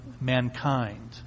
mankind